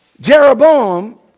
Jeroboam